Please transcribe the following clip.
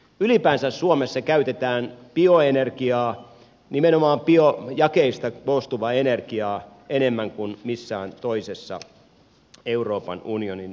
ylipäänsä suomessa käytetään bioenergiaa nimenomaan biojakeista koostuvaa energiaa enemmän kuin missään toisessa euroopan unionin maassa